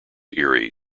eerie